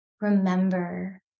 remember